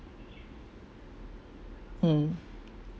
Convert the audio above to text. mm